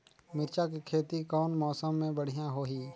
मिरचा के खेती कौन मौसम मे बढ़िया होही?